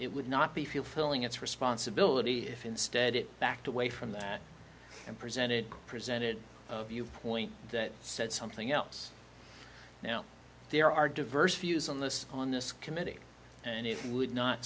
it would not be fulfilling its responsibility if instead it backed away from that and presented presented the viewpoint that said something else now there are diverse views on this on this committee and if we would not